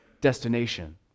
destination